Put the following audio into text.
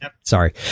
sorry